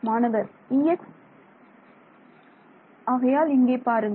மாணவர் E x ஆகையால் இங்கே பாருங்கள்